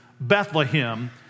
Bethlehem